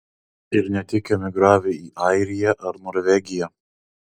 ir ne tik emigravę į airiją ar norvegiją